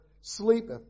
sleepeth